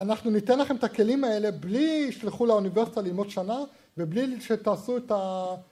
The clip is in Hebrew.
אנחנו ניתן לכם את הכלים האלה בלי שתלכו לאוניברסיטה ללמוד שנה ובלי שתעשו את